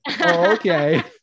okay